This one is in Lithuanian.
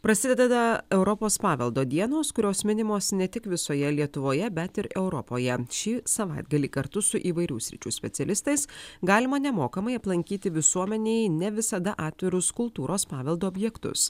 prasideda europos paveldo dienos kurios minimos ne tik visoje lietuvoje bet ir europoje šį savaitgalį kartu su įvairių sričių specialistais galima nemokamai aplankyti visuomenei ne visada atvirus kultūros paveldo objektus